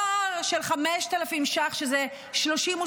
פער של 5,000 שקל בשכר, שזה 32%,